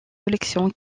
collection